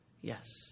Yes